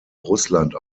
russland